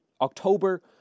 October